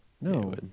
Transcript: No